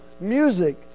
music